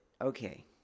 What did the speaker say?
okay